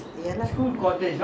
four houses there